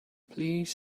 please